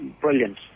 brilliant